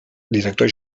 director